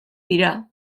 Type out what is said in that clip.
dira